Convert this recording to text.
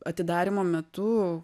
atidarymo metu